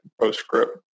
postscript